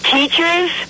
Teachers